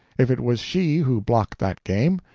if it was she who blocked that game,